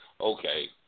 Okay